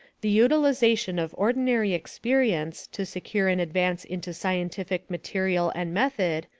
the utilization of ordinary experience to secure an advance into scientific material and method,